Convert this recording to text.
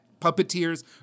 puppeteers